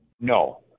no